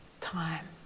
time